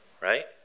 right